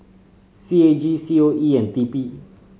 C A G C O E and T P